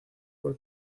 por